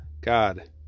God